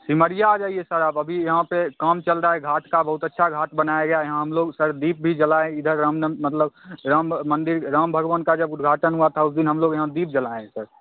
सिमरिया आ जाइए सर आप अभी यहाँ पर काम चल रहा है घाट का बहुत अच्छा घाट बनाया गया यहाँ हम लोग सर दीप भी जलाएँ इधर रामनम मतलब राम मंदिर राम भगवान का जब उद्घाटन हुआ था उस दिन हम लोग यहाँ दीप जलाए हैं सर